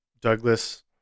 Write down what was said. Douglas